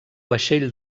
vaixell